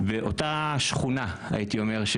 באותה שכונה הייתי אומר,